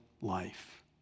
life